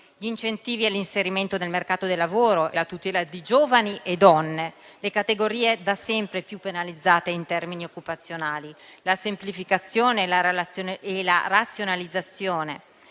gli incentivi all'inserimento nel mercato del lavoro e la tutela di giovani e donne - le categorie da sempre più penalizzate in termini occupazionali - la semplificazione e la razionalizzazione,